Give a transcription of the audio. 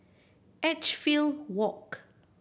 Edgefield Walk